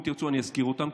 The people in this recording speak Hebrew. אם תרצו אני אזכיר אותן,